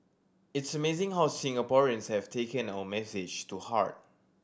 it's amazing how Singaporeans have taken our message to heart